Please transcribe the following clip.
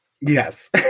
yes